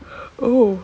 oh